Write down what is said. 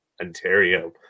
Ontario